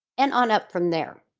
and on up from there.